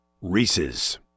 Reese's